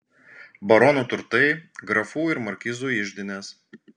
baronų turtai grafų ir markizų iždinės